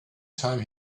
time